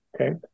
okay